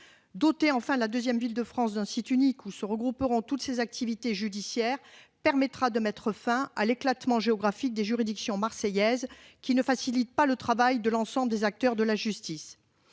Dotés enfin la 2ème ville de France, d'un site unique où se regrouperont toutes ses activités judiciaires, permettra de mettre fin à l'éclatement géographique des juridictions marseillaise qui ne facilite pas le travail de l'ensemble des acteurs de la justice.